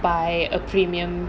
buy a premium